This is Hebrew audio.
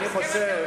חבר הכנסת מולה,